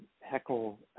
heckle